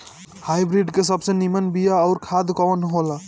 Hybrid के सबसे नीमन बीया अउर खाद कवन हो ला?